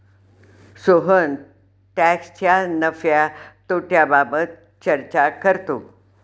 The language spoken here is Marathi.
सोहन टॅक्सच्या नफ्या तोट्याबाबत चर्चा करतो